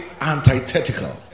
antithetical